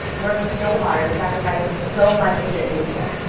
working so hard and sacrificing so much to get me here.